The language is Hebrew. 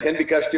לכן ביקשתי,